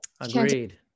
Agreed